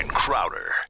Crowder